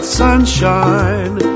sunshine